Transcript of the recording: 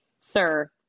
Sir